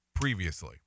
previously